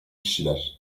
kişiler